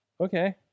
Okay